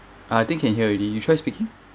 I think can hear already you try speaking